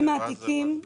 אז